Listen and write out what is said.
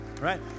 right